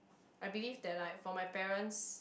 I believe that like for my parents